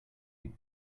you